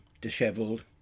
dishevelled